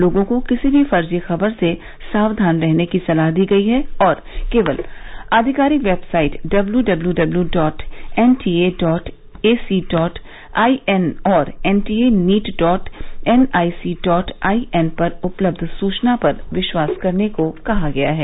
लोगों को किसी भी फर्जी खबर से सावधान रहने की सलाह दी गई है और केवल आधिकारिक website W W W dot NTA dot AC dot IN और NTA NEET dot NIC dot IN पर उपलब्ध सूचना पर विश्वास करने को कहा गया है